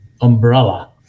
umbrella